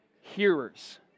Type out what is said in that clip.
hearers